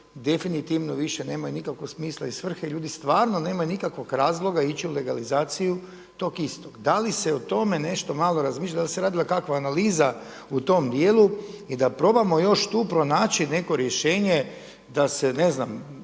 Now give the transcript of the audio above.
definitivno više nemaju nikakvog smisla i svrhe i ljudi stvarno nemaju nikakvog razloga ići u legalizaciju tog istog. Da li se o tome nešto malo razmišljalo? Da li se radila kakva analiza u tom dijelu? I da probamo još tu pronaći neko rješenje da se na